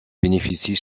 bénéficient